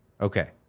Okay